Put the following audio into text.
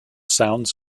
sounds